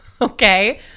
Okay